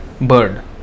bird